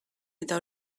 eta